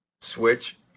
Switch